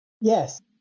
Yes